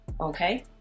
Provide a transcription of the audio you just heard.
okay